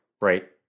right